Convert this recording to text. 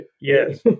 Yes